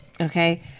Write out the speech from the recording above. Okay